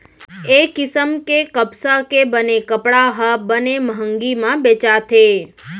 ए किसम के कपसा के बने कपड़ा ह बने मंहगी म बेचाथे